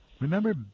Remember